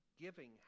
giving